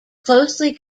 closely